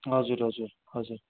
हजुर हजुर हजुर